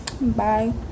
bye